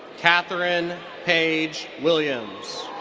katherine paige williams.